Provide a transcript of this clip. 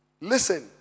Listen